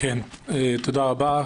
תודה רבה,